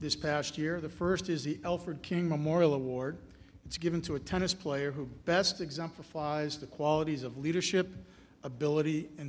this past year the first is the alford king memorial award it's given to a tennis player who best exemplifies the qualities of leadership ability and